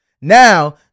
Now